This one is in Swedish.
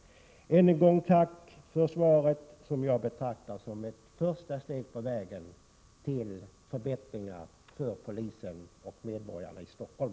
Än en gång tack för svaret, som jag betraktar som ett första steg på vägen till förbättringar för polisen och medborgarna i Stockholm.